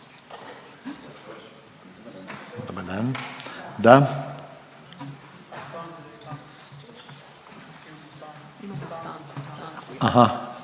Da.